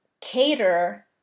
cater